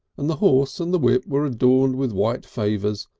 and the horse and the whip were adorned with white favours,